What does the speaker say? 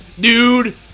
Dude